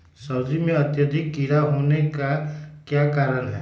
सब्जी में अत्यधिक कीड़ा होने का क्या कारण हैं?